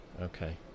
Okay